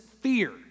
fear